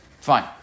Fine